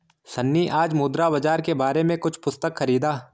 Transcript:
सन्नी आज मुद्रा बाजार के बारे में कुछ पुस्तक खरीदा